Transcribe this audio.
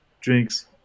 drinks